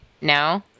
No